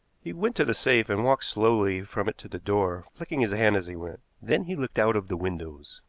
he went to the safe and walked slowly from it to the door, flicking his hand as he went. then he looked out of the windows.